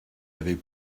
avait